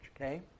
okay